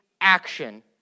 action